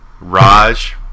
Raj